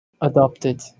adopted